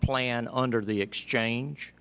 plan under the exchange